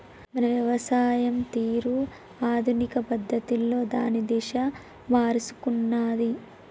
మన వ్యవసాయం తీరు ఆధునిక పద్ధతులలో దాని దిశ మారుసుకున్నాది